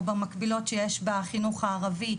או במקבילות שיש בחינוך הערבי.